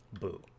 Boo